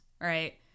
right